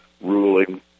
ruling